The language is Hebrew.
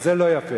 אז, זה לא יפה.